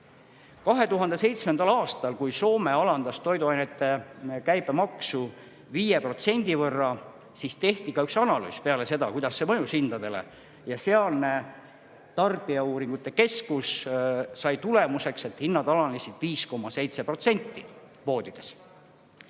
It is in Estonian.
2007. aastal alandas toiduainete käibemaksu 5% võrra, tehti ka üks analüüs, kuidas see mõjus hindadele, ja sealne tarbijauuringute keskus sai tulemuseks, et hinnad alanesid poodides